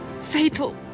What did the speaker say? Fatal